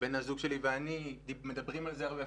בן הזוג שלי ואני מדברים על זה הרבה,